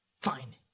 Fine